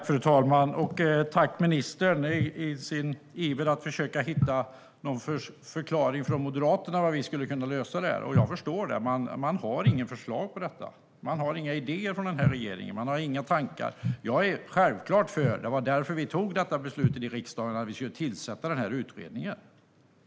Fru talman! Ministern är ivrig att få någon förklaring från Moderaterna på hur vi skulle kunna lösa detta, och jag förstår det. Man har nämligen inga förslag om detta. Man har inga idéer från den här regeringen, och man har inga tankar. Jag är självklart för utredningen; det var därför vi tog beslutet i riksdagen att tillsätta den.